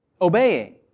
Obeying